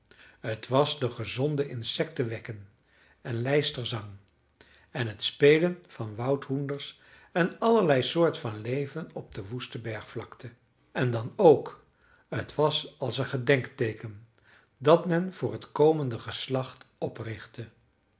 t was de gonzende insecten wekken en lijsterzang en t spelen van woudhoenders en allerlei soort van leven op de woeste bergvlakte en dan ook t was als een gedenkteeken dat men voor t komende geslacht oprichtte